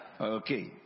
Okay